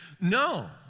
No